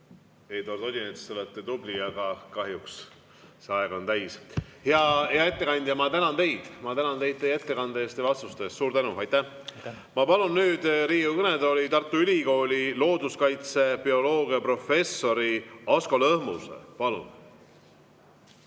Eduard Odinets, te olete tubli, aga kahjuks on aeg läbi. Hea ettekandja, ma tänan teid, ma tänan teid teie ettekande eest ja vastuste eest. Suur tänu, aitäh! Ma palun nüüd Riigikogu kõnetooli Tartu Ülikooli looduskaitsebioloogia professori Asko Lõhmuse. Palun!